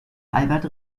albert